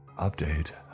Update